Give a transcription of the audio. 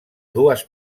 dues